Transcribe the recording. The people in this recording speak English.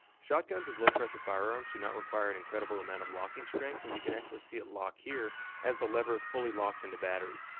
shotguns as low-pressure firearms do not require an incredible amount of locking strength, and you can actually see it lock here as the lever fully locks into battery.